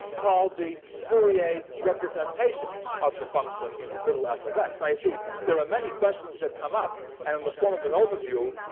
called the fourier representation of the function little f of x. i see there are many questions that come up. and in the form of an overview,